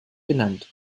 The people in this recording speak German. genannt